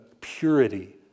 purity